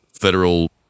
Federal